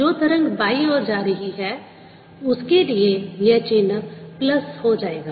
जो तरंग बाईं ओर जा रही है उसके लिए यह चिन्ह प्लस हो जाएगा